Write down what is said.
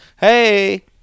hey